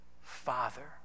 Father